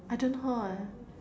I don't know how leh